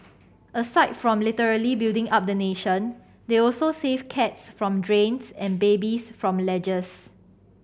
aside from literally building up the nation they also save cats from drains and babies from ledges